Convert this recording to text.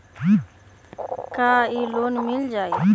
का इ लोन पर मिल जाइ?